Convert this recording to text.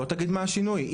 בוא תגיד מה השינוי.